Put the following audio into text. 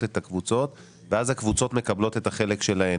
את הקבוצות ואז הקבוצות מקבלות את החלק שלהן.